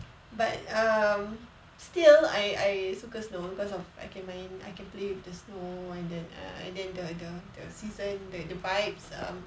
but um still I I suka snow because of I can main I can play with the snow and then err and then the the the season like the vibes um